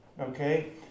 Okay